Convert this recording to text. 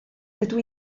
dydw